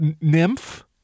nymph